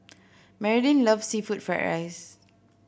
Marylin loves seafood fried rice